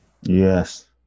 Yes